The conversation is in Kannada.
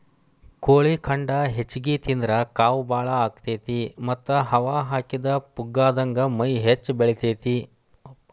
ಕೋಳಿ ಖಂಡ ಹೆಚ್ಚಿಗಿ ತಿಂದ್ರ ಕಾವ್ ಬಾಳ ಆಗತೇತಿ ಮತ್ತ್ ಹವಾ ಹಾಕಿದ ಪುಗ್ಗಾದಂಗ ಮೈ ಹೆಚ್ಚ ಬೆಳಿತೇತಿ